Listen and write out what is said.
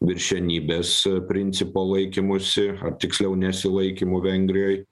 viršenybės principo laikymusi ar tiksliau nesilaikymu vengrijoj